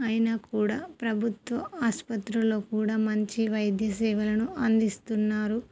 అయిన కూడా ప్రభుత్వ ఆసుపత్రిలో కూడా మంచి వైద్య సేవలను అందిస్తున్నారు